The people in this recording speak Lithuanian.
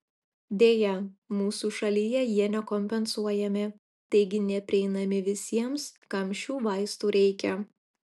deja mūsų šalyje jie nekompensuojami taigi neprieinami visiems kam šių vaistų reikia